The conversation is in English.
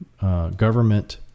government